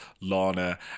Lana